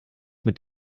mit